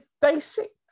basic